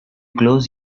close